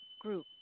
group